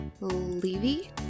Levy